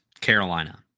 Carolina